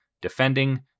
Defending